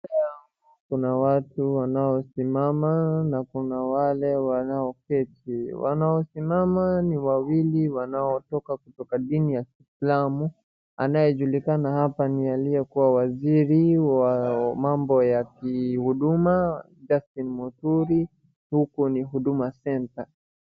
Kuna watu wanaosimama, na kuna wale walioketi. Wanaosimama ni wawili waliotoka katika dini ya Kiislamu. Anayejulikana hapa ni aliyekuwa waziri wa mambo ya kihuduma, Justin Muturi, uku ni huduma center .